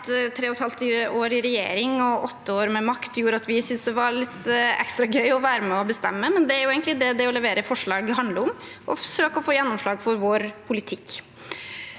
år i regjering og åtte år med makt gjør at vi synes det er litt ekstra gøy å være med og bestemme. Det er egentlig det det å levere forslag handler om – å søke å få gjennomslag for vår politikk.